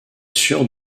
sur